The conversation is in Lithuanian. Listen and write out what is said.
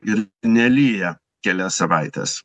ir nelyja kelias savaites